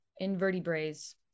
Invertebrates